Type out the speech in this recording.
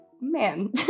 Man